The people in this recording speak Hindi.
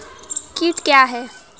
कीट क्या है?